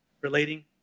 Relating